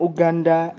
Uganda